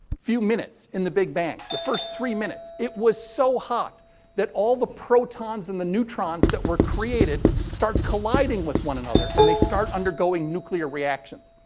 few minutes in the big bang, the first three minutes, it was so hot that all the protons and the neutrons that were created start colliding with one another and they start undergoing nuclear reactions.